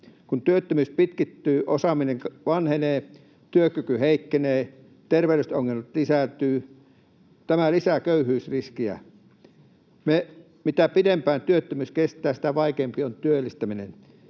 Kun työttömyys pitkittyy, osaaminen vanhenee, työkyky heikkenee, terveydelliset ongelmat lisääntyvät. Tämä lisää köyhyysriskiä. Mitä pidempään työttömyys kestää, sitä vaikeampaa on työllistyminen.